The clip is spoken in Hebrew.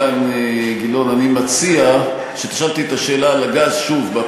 אם אפשר לשמור את קריאות הביניים לשלב שאני